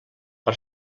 per